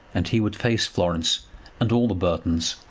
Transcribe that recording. and he would face florence and all the burtons,